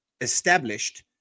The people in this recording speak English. established